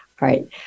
right